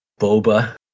Boba